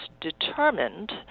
determined